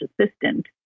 Assistant